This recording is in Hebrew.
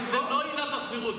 זה לא עילת הסבירות.